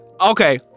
okay